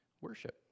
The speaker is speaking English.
worship